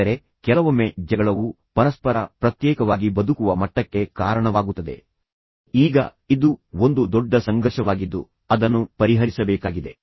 ಆದರೆ ಕೆಲವೊಮ್ಮೆ ಜಗಳವು ಪರಸ್ಪರ ಪ್ರತ್ಯೇಕವಾಗಿ ಬದುಕುವ ಮಟ್ಟಕ್ಕೆ ಕಾರಣವಾಗುತ್ತದೆ ಈಗ ಇದು ಒಂದು ದೊಡ್ಡ ಸಂಘರ್ಷವಾಗಿದ್ದು ಅದನ್ನು ಪರಿಹರಿಸಬೇಕಾಗಿದೆ